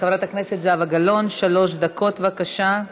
חברת הכנסת זהבה גלאון, שלוש דקות, בבקשה,